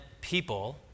people